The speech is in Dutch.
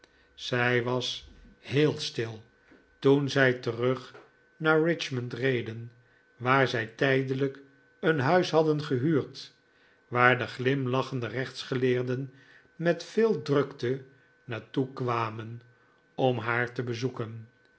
zij was heel stil toen zij terug naar richmond reden waar zij tijdelijk een huis hadden gehuurd waar de glimlachende rechtsgeleerden met veel drukte naar toe kwamen om haar te bezoeken